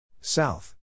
South